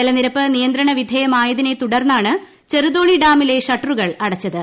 ജലനിരപ്പ് നിയന്ത്രണ വിധേയമായതിനെ തുടർന്നാണ് ചെറുതോണി ഡാമിലെ ഷട്ടറുകൾ അടച്ചത്